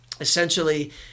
essentially